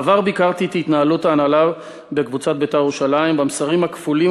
בעבר ביקרתי את התנהלות ההנהלה בקבוצת "בית"ר ירושלים" במסרים הכפולים